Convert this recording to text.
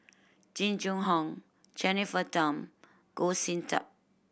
Jing Jun Hong Jennifer Tham Goh Sin Tub